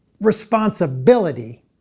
responsibility